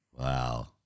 Wow